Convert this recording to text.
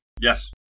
Yes